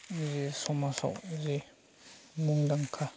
E समाजाव जि मुंदांखा